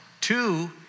two